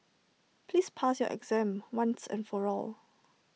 please pass your exam once and for all